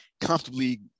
comfortably